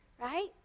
right